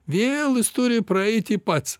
vėl jis turi praeiti pats